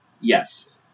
Yes